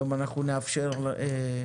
היום נאפשר לשר